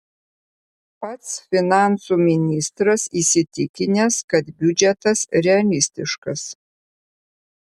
pats finansų ministras įsitikinęs kad biudžetas realistiškas